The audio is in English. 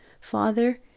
Father